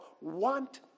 want